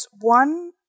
one